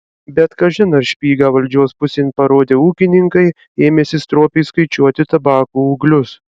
bet kažin ar špygą valdžios pusėn parodę ūkininkai ėmėsi stropiai skaičiuoti tabako ūglius